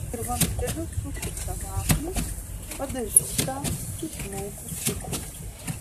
ir vamzdeliu susuktą vaflį padažytą į smulkų cukrų